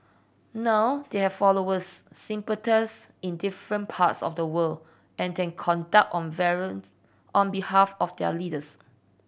now they have followers sympathisers in different parts of the world and they conduct on on behalf of their leaders